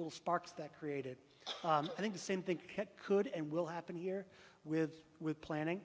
will sparks that created i think the same think could and will happen here with with planning